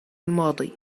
الماضي